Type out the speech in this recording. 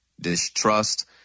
distrust